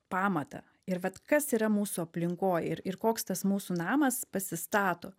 pamatą ir vat kas yra mūsų aplinkoj ir ir koks tas mūsų namas pasistato